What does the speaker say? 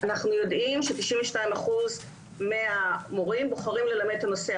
אנחנו יודעים ש-92% מהמורים בוחרים ללמד את הנושא.